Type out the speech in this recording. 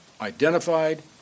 identified